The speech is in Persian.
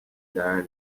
دارن